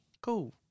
cool